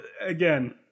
again